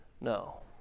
No